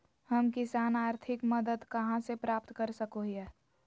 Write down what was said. हम किसान आर्थिक मदत कहा से प्राप्त कर सको हियय?